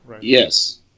Yes